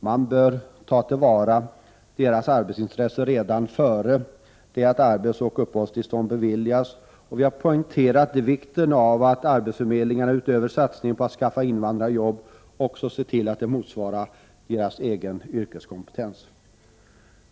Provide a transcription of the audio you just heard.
Man bör ta till vara deras arbetsintresse redan före det att arbetsoch uppehållstillstånd beviljas, och vi har poängterat vikten av att arbetsförmedlingarna utöver satsningen på att skaffa invandrarna arbete också ser till att arbetena motsvarar deras egen yrkeskompetens.